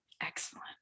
Excellent